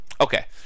Okay